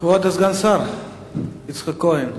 כבוד סגן השר יצחק כהן.